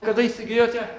kada įsigijote